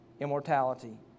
Immortality